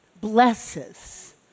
blesses